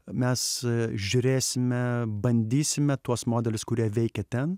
mes žiūrėsime bandysime tuos modelius kurie veikia ten